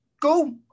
Go